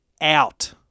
out